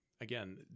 again